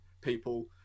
people